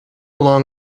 along